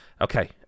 Okay